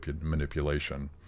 manipulation